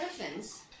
elephants